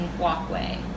walkway